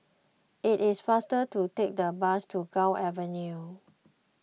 it is faster to take the bus to Gul Avenue